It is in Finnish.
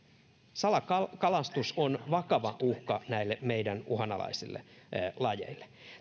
salakalastus on vakava uhka näille meidän uhanalaisille lajeillemme